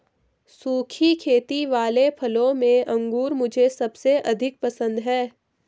सुखी खेती वाले फलों में अंगूर मुझे सबसे अधिक पसंद है